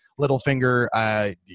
Littlefinger